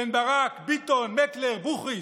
בן ברק, ביטון, מקלר, בוכריס,